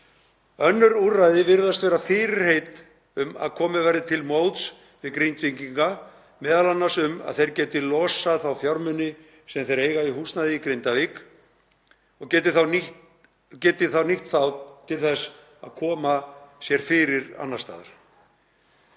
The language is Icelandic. Önnur úrræði virðast vera fyrirheit um að komið verði til móts við Grindvíkinga, m.a. um að þeir geti losað þá fjármuni sem þeir eiga í húsnæði í Grindavík og geti nýtt þá til þess að koma sér fyrir annars staðar.